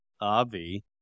Avi